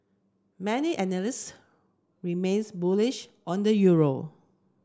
many analysts remain bullish on the euro